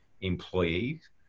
employees